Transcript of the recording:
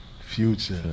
Future